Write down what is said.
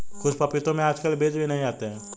कुछ पपीतों में आजकल बीज भी नहीं आते हैं